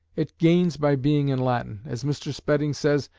it gains by being in latin as mr. spedding says,